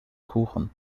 kuchen